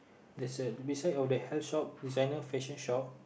there's a beside of the health shop designer fashion shop